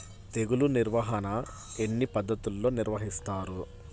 తెగులు నిర్వాహణ ఎన్ని పద్ధతుల్లో నిర్వహిస్తారు?